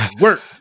work